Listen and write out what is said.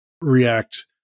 react